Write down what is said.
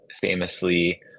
famously